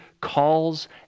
calls